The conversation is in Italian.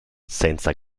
senza